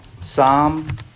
Psalm